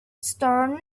stone